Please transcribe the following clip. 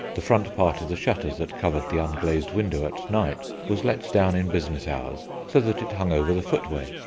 the front part of the shutters that covered the unglazed window at night, was let down in business hours so that it hung over the footway.